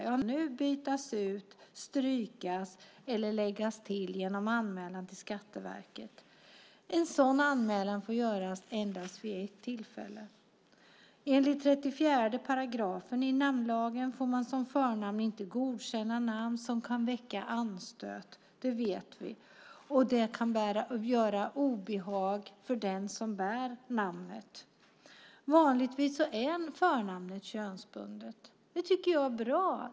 Förnamn kan redan nu bytas ut, strykas eller det kan läggas till något genom anmälan till Skatteverket. En sådan anmälan får göras endast vid ett tillfälle. Enligt 34 § namnlagen får man som förnamn inte godkänna namn som kan väcka anstöt, det vet vi. Det kan ge obehag för den som bär ett sådant namn. Vanligtvis är förnamnet könsbundet. Det tycker jag är bra.